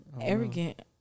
Arrogant